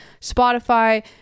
Spotify